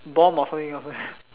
bomb or something